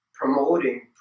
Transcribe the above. Promoting